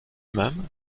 même